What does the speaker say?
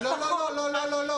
שלום רב לכולם,